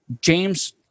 James